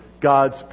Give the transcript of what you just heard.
God's